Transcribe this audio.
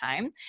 time